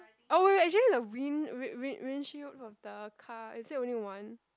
oh wait wait actually the wind wind wind wind shield of the car is it only one